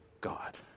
God